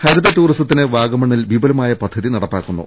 ഹരിത ടൂറിസത്തിന് വാഗമണ്ണിൽ വിപുലമായ പദ്ധതി നടപ്പാക്കു ന്നു